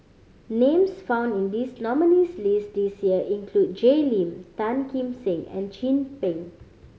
names found in this nominees' list this year include Jay Lim Tan Kim Seng and Chin Peng